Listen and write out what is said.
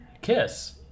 kiss